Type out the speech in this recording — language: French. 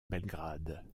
belgrade